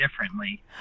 differently